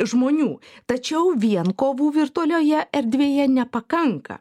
žmonių tačiau vien kovų virtualioje erdvėje nepakanka